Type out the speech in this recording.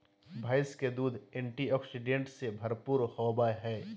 भैंस के दूध एंटीऑक्सीडेंट्स से भरपूर होबय हइ